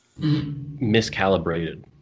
miscalibrated